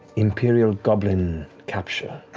imperial goblin capture?